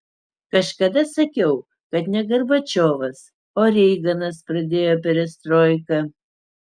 kažkada sakiau kad ne gorbačiovas o reiganas pradėjo perestroiką